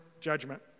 judgment